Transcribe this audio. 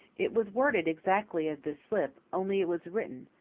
it was worded exactly as this slip, only it was written.